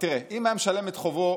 אם היה משלם את חובו,